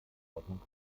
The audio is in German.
ordnung